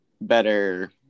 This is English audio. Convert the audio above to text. better